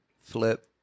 flip